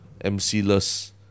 MC-less